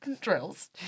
drills